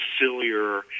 sillier